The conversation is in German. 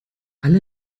alle